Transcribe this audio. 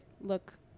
look